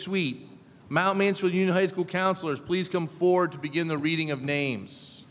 sweet mouth means well you know high school counselors please come forward to begin the reading of names